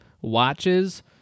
watches